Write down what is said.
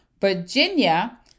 Virginia